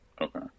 Okay